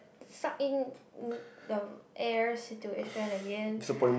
suck in the air situation again